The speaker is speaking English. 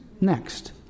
next